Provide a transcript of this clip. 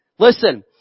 Listen